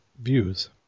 views